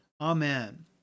Amen